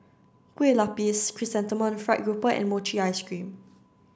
Kueh Lapis Chrysanthemum fried grouper and mochi ice cream